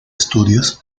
estudios